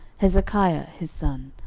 hezekiah his son,